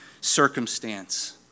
circumstance